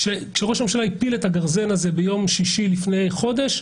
כשראש הממשלה הפיל את הגרזן הזה ביום שישי לפני חודש,